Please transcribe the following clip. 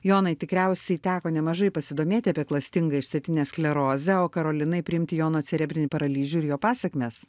jonai tikriausiai teko nemažai pasidomėti apie klastingą išsėtinę sklerozę o karolinai priimti jono cerebrinį paralyžių ir jo pasekmes